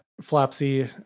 Flopsy